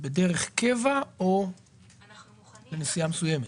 בדרך קבע או לנסיעה מסוימת?